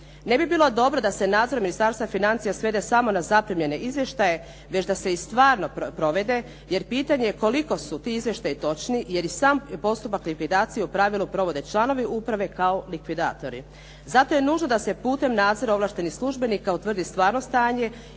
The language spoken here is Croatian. Ne bi bilo dobro da se nadzor Ministarstva financija svede samo na zaprimljene izvještaje već da se i stvarno provede, jer pitanje je koliko su ti izvještaji točni jer i sam postupak likvidacije u pravilu provode članovi uprave kao likvidatori. Zato je nužno da se putem nadzora ovlaštenih službenika utvrdi stvarno stanje